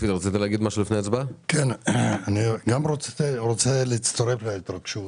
אני רוצה להצטרף להתרגשות,